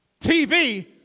TV